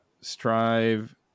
strive